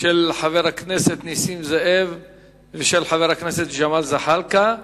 של חבר הכנסת נסים זאב ושל חבר הכנסת ג'מאל זחאלקה.